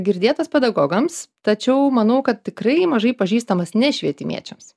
girdėtas pedagogams tačiau manau kad tikrai mažai pažįstamas nešvietimiečiams